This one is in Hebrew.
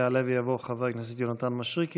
יעלה ויבוא חבר הכנסת יונתן מישרקי,